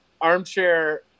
armchair